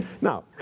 Now